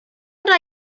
would